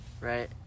right